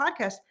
podcast